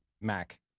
Mac